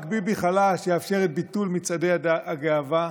רק ביבי חלש יאפשר את ביטול מצעדי הגאווה,